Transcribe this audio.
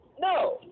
No